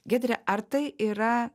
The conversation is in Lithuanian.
giedre ar tai yra